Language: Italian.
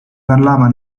parlava